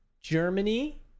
Germany